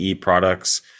products